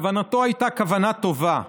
כוונתו הייתה כוונה טובה,